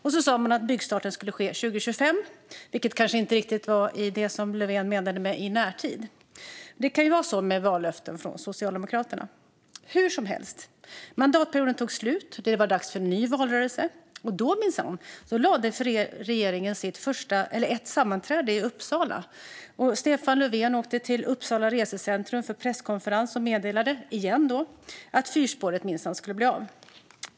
Man sa att byggstart skulle ske 2025, vilket kanske inte riktigt var vad Löfven menade med "i närtid". Det kan ju vara så med vallöften från Socialdemokraterna. Hur som helst - mandatperioden tog slut, och det var dags för en ny valrörelse. Då, minsann, förlade regeringen ett sammanträde till Uppsala. Stefan Löfven åkte till Uppsala resecentrum för presskonferens och meddelade - igen - att fyrspåret minsann skulle bli av.